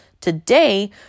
Today